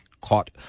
caught